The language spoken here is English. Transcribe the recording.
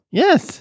yes